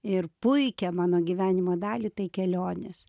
ir puikią mano gyvenimo dalį tai kelionės